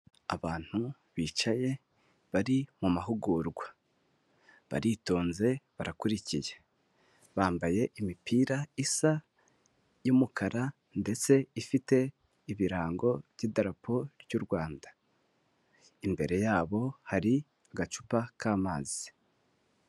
Abantu bicaye bari mu mahugurwa. Baritonze barakurikiye, bambaye imipira isa y'umukara ndetse ifite ibirango by'idarapo ry'u Rwanda. Imbere yabo hari agacupa k'amazi.